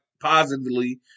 positively